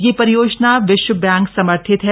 यह परियोजना विश्व बैंक समर्थित है